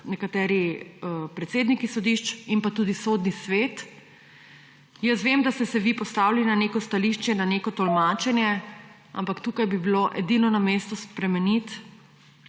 nekateri predsedniki sodišč in pa tudi Sodni svet. Jaz vem, da ste se vi postavili na neko stališče, na neko tolmačenje, ampak tukaj bi bilo edino na mestu spremeniti